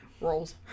rolls